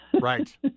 Right